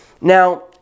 now